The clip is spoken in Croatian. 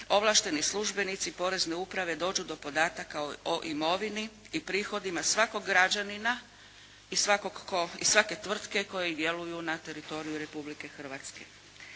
ovlašteni službenici Porezne uprave dođu do podataka o imovini i prihodima svakog građanina i svake tvrtke koji djeluju na teritoriju Republike Hrvatske.